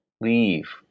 leave